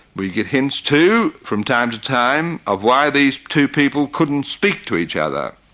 we get hints too from time to time of why these two people couldn't speak to each other.